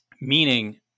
meaning